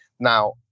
Now